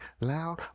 loud